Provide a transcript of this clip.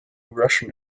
russian